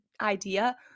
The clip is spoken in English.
idea